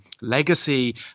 legacy